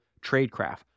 tradecraft